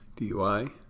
DUI